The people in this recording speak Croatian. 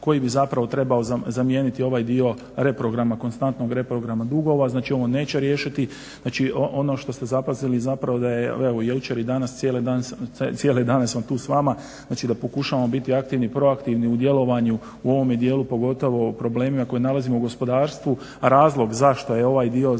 koji bi zapravo trebao zamijeniti ovaj dio reprograma konstantnog reprograma dugova. Znači, ovo neće riješiti. Znači, ono što ste zapazili zapravo da je evo jučer i danas cijele dane sam tu s vama, znači da pokušavamo biti aktivni i proaktivni u djelovanju u ovome dijelu pogotovo u problemima koje nalazimo u gospodarstvu. Razlog zašto je ovaj dio zakona